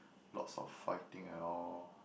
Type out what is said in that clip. lots of fighting and all